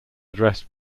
addressed